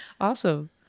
Awesome